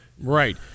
Right